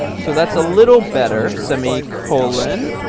so that's a little better, semicolon.